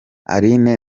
aline